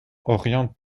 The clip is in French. oriente